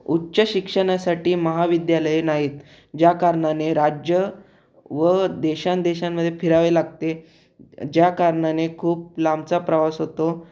उच्च शिक्षणासाठी महाविद्यालये नाहीत ज्या कारणाने राज्य व देशांदेशांमध्ये फिरावे लागते ज्या कारणाने खूप लांबचा प्रवास होतो